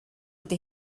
ydy